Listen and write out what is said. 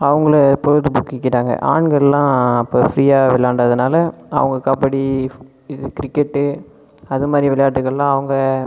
அவங்களை பொழுது போக்கிக்கிறாங்க ஆண்கள்லாம் அப்போ ஃப்ரீயாக விளாண்டதனால் அவங்க கபடி கிரிக்கெட் அது மாதிரி விளாட்டுகள்லாம் அவங்க